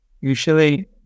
usually